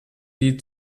die